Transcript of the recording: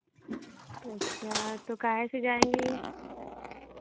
अच्छा तो काहे से जाएंगी